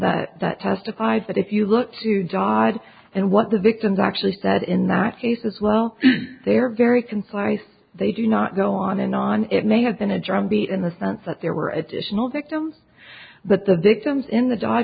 victims that testified that if you look to jog and what the victims actually said in that case as well they're very concise they do not go on and on it may have been a drumbeat in the sense that there were additional victims but the victims in